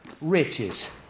riches